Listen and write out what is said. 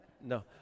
no